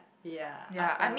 ya assam